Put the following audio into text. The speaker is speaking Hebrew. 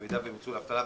במידה והם יצאו לאבטלה,